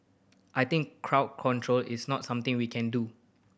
I think crowd control is not something we can do